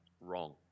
Wrong